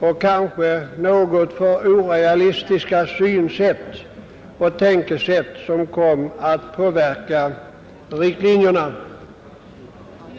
och kanske något för orealistiska synsätt och tänkesätt, som kom att påverka riktlinjerna.